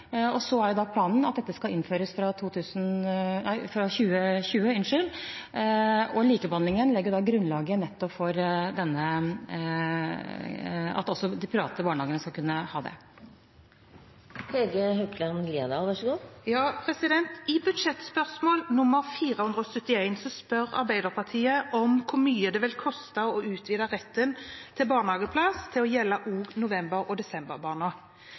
og så er planen at dette skal innføres innen 2020. Likebehandlingen legger da grunnlaget nettopp for at også de private barnehagene skal kunne ha det. I budsjettspørsmål nr. 471 spør Arbeiderpartiet hvor mye det vil koste å utvide retten til barnehageplass til å gjelde også november- og